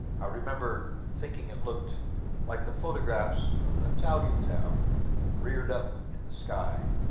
i remember thinking it looked like the photographs of an italian town reared up in the sky.